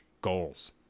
Goals